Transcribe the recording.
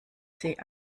sie